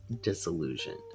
disillusioned